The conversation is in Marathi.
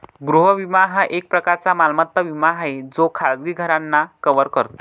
गृह विमा हा एक प्रकारचा मालमत्ता विमा आहे जो खाजगी घरांना कव्हर करतो